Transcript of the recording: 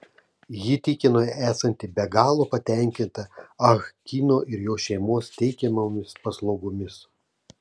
ji tikino esanti be galo patenkinta ah kino ir jo šeimos teikiamomis paslaugomis